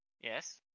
Yes